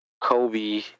Kobe